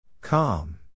Calm